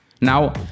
Now